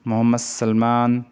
Muhammad Salman